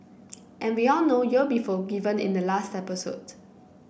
and we all know you'll be forgiven in the last episode